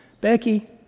Becky